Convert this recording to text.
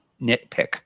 nitpick